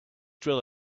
drill